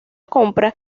compra